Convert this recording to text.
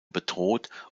bedroht